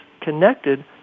connected